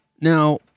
Now